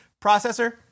processor